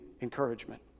encouragement